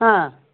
हां